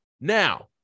Now